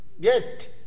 get